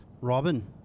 Robin